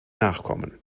nachkommen